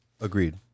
Agreed